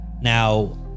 Now